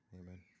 Amen